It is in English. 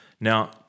Now